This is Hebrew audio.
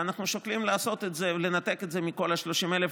ואנחנו שוקלים לעשות את זה ולנתק את זה מכל ה-30,000,